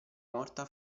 morta